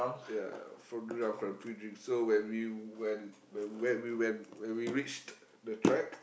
ya from drunk from pre-drinks so when we when when we went we went when we reached the track